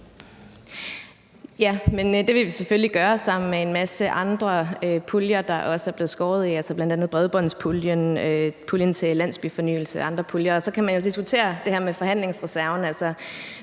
Det vil vi selvfølgelig gøre sammen med en masse andre puljer, der også er blevet skåret i, altså bl.a. bredbåndspuljen, puljen til landsbyfornyelse og andre puljer. Og så kan man jo diskutere det her med forhandlingsreserven.